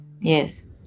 Yes